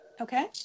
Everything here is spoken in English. Okay